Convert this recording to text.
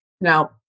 Now